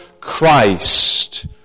Christ